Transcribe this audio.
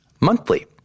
monthly